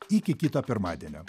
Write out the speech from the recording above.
iki kito pirmadienio